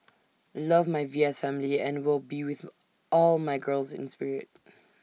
love my V S family and will be with all my girls in spirit